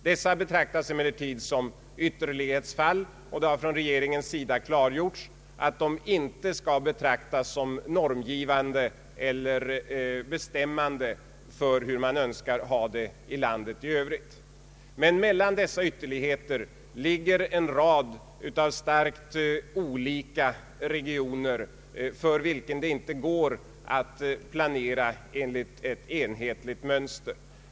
Dessa betraktas emellertid som särfall, och från regeringens sida har klargjorts att de inte skall betraktas som normgivande eller bestämmande för hur man önskar ha det i landet i övrigt. Men mellan dessa ytterligheter ligger en rad synnerligen olika regioner, för vilka det inte går att planera enligt ett enhetligt mönster.